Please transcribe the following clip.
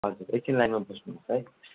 हजुर एकछिन लाइनमा बस्नुहोस् है